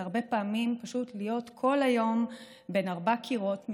הרבה פעמים פשוט להיות כל היום בין ארבעה קירות,